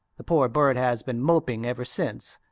the poor bird has been moping ever since.